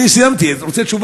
אני סיימתי, אני רוצה תשובה.